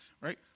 right